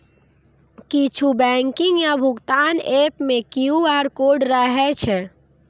किछु बैंकिंग आ भुगतान एप मे क्यू.आर कोड रहै छै